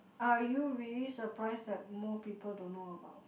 are you really surprise that more people don't know about